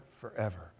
forever